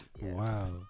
Wow